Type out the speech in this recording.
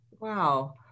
wow